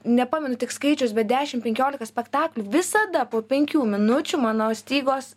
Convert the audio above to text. nepamenu tik skaičiaus bet dešim penkiolika spektaklių visada po penkių minučių mano stygos